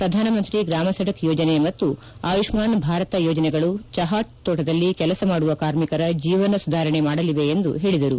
ಪ್ರಧಾನ ಮಂತ್ರಿ ಗ್ರಾಮ್ ಸಡಕ್ ಯೋಜನೆ ಮತ್ತು ಆಯುಪ್ನಾನ್ ಭಾರತ ಯೋಜನೆಗಳು ಚಪಾ ತೋಟದಲ್ಲಿ ಕೆಲಸ ಮಾಡುವ ಕಾರ್ಮಿಕರ ಜೀವನ ಸುಧಾರಣೆ ಮಾಡಲಿವೆ ಎಂದು ಹೇಳದರು